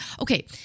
Okay